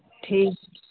ठीक